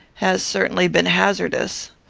has certainly been hazardous.